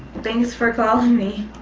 thanks for calling me.